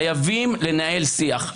חייבים לנהל שיח.